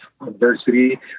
adversity